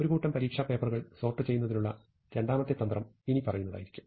ഒരു കൂട്ടം പരീക്ഷാ പേപ്പറുകൾ സോർട്ട് ചെയ്യൂന്നതിനുള്ള രണ്ടാമത്തെ തന്ത്രം ഇനിപ്പറയുന്നതായിരിക്കും